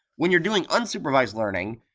when you're doing unsupervised learning,